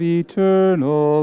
eternal